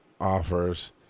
offers